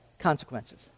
Consequences